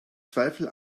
zweifel